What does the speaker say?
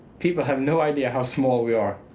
people have no idea how small we are.